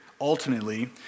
ultimately